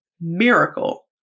miracle